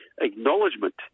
acknowledgement